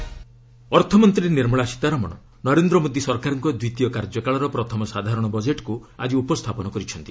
budget ଅର୍ଥମନ୍ତ୍ରୀ ନିର୍ମଳା ସୀତାରମଣ ନରେନ୍ଦ୍ର ମୋଦୀ ସରକାରଙ୍କ ଦ୍ୱିତୀୟ କାର୍ଯ୍ୟକାଳର ପ୍ରଥମ ସାଧାରଣ ବଜେଟ୍କୁ ଆଜି ଉପସ୍ଥାପନ କରିଛନ୍ତି